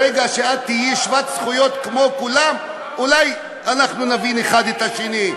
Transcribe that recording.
ברגע שאת תהיי שוות זכויות כמו כולם אולי אנחנו נבין אחד את השני.